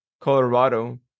colorado